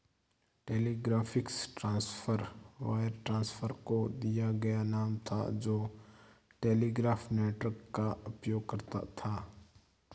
telegraphic transfer wire transfer को दिया गया नाम था जो टेलीग्राफ नेटवर्क का उपयोग करता था